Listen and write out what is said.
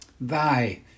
Thy